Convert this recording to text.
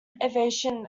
aviation